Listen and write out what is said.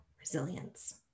resilience